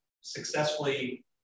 successfully